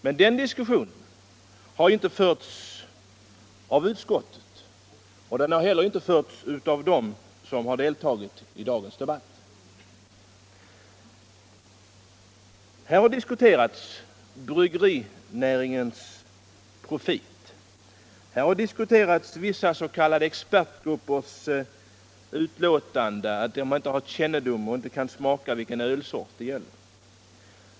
Men den diskussionen har inte förts av utskottet och inte heller av dem som har deltagit i dagens debatt. Här har diskuterats bryggerinäringens profit. Här har diskuterats att vissa s.k. expertgrupper inte kunnat smaka vilken ölsort det gäller.